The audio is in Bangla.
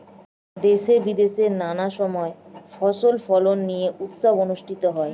দেশে বিদেশে নানা সময় ফসল ফলন নিয়ে উৎসব অনুষ্ঠিত হয়